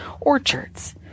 orchards